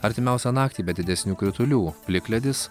artimiausią naktį be didesnių kritulių plikledis